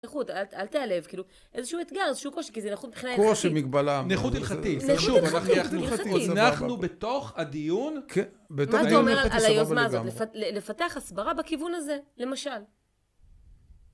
נכות, אל תיעלב, כאילו איזשהו אתגר, איזשהו קושי, כי זה נכון מבחינה הלכתית. קושי מגבלה. נכות הלכתית. נכות הלכתית. נכות הלכתית. אנחנו בתוך הדיון. כן. מה אתה אומר על היוזמה הזאת? לפתח הסברה בכיוון הזה, למשל.